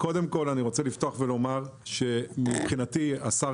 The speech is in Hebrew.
אני רוצה לפתוח ולומר שמבחינתי השר